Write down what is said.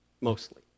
mostly